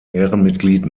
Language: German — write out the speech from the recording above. ehrenmitglied